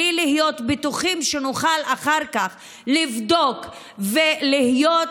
בלי להיות בטוחים שנוכל אחר כך לבדוק ולהיות